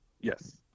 Yes